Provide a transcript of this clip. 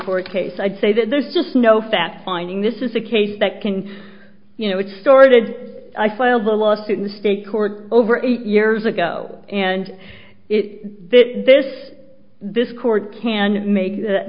court case i'd say that there's just no fact finding this is a case that can you know it started i filed a lawsuit in the state court over eight years ago and it this this court can make th